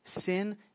Sin